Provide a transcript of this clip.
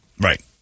Right